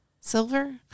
silver